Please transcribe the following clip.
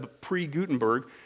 pre-Gutenberg